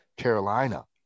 Carolina